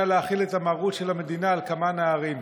להחיל את המרות של המדינה על כמה נערים?